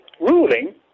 ruling